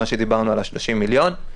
מה שדיברנו על ה-30 מיליון.